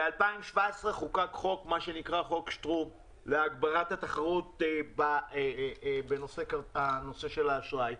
ב-2017 חוקק חוק שנקרא חוק שטרום להגברת התחרות בנושא של האשראי.